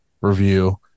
review